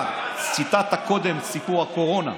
אתה ציטטת קודם את סיפור הקורונה,